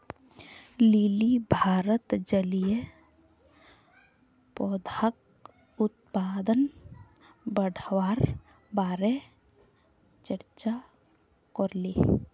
lily भारतत जलीय पौधाक उत्पादन बढ़वार बारे चर्चा करले